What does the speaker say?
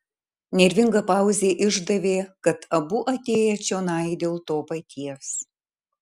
nervinga pauzė išdavė kad abu atėję čionai dėl to paties